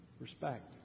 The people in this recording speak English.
respect